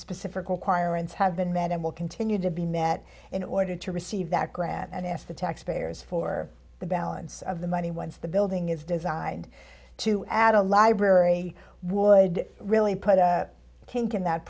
specific requirements have been met and will continue to be met in order to receive that grant and ask the taxpayers for the balance of the money once the building is designed to add a library would really put a kink in that